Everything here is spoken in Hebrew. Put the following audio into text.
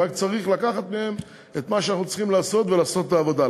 רק צריך לקחת מהם את מה שאנחנו צריכים ולעשות את העבודה.